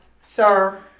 sir